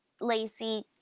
Lacey-